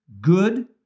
good